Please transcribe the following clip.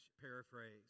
paraphrase